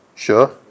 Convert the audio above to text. Sure